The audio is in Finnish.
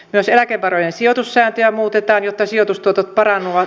myös eläkevarojen sijoitussääntöjä muutetaan jotta sijoitustuotot paranevat